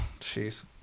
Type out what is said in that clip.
jeez